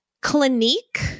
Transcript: Clinique